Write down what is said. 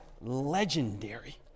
legendary